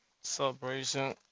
celebration